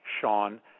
Sean